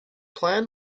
plan